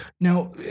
Now